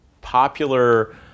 popular